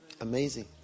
Amazing